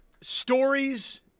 Stories